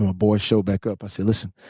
ah boy showed back up, i said, listen,